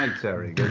and tary,